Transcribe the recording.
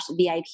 VIP